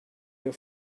your